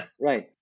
Right